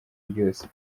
ryose